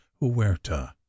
Huerta